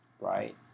right